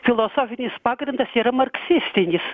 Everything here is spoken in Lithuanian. filosofinis pagrindas yra marksistinis